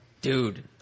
Dude